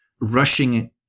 rushing